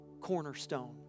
cornerstone